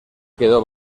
quedó